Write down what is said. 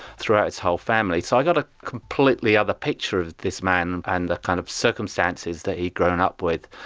throughout his whole family. so i got a completely other picture of this man and the kind of circumstances that he'd grown up with,